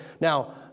Now